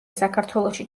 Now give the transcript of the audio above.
საქართველოში